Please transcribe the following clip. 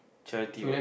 charity what